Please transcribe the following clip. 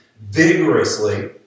vigorously